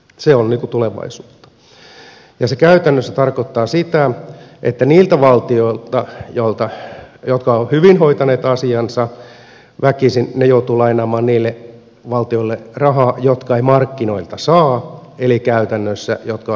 se on tulevaisuutta ja se käytännössä tarkoittaa sitä että ne valtiot jotka ovat hyvin hoitaneet asiansa väkisin joutuvat lainaamaan niille valtioille rahaa jotka eivät markkinoilta saa eli käytännössä ovat hupuloineet rahansa